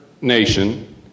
nation